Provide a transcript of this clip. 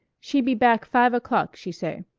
she be back five o'clock, she say.